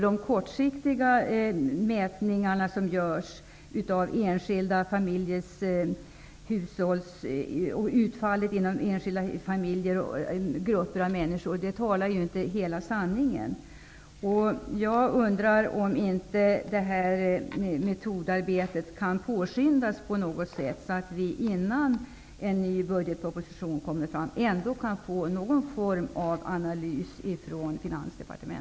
De kortsiktiga mätningar som görs om utfall för enskilda familjer och grupper av människor visar inte hela sanningen. Jag undrar om inte metodarbetet kan påskyndas på något sätt, så att vi innan en ny budgetproposition läggs fram kan få någon form av analys från